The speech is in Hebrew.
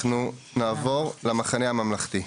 נעבור למחנה הממלכתי.